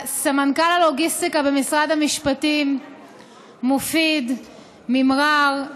סמנכ"ל הלוגיסטיקה במשרד המשפטים מופיד, ממע'אר,